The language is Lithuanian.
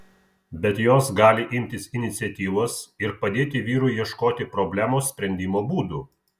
bet jos gali imtis iniciatyvos ir padėti vyrui ieškoti problemos sprendimo būdų